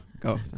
go